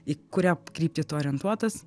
į kurią kryptį tu orientuotas